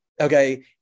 Okay